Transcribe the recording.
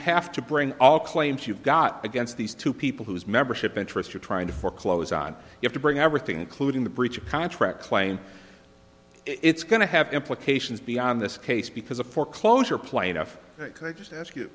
have to bring all claims you've got against these two people whose membership interest you're trying to foreclose on you have to bring everything including the breach of contract claim it's going to have implications beyond this case because a foreclosure plaintiff can i just ask you